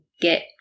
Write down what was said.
get